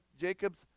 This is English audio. Jacob's